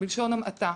בלשון המעטה.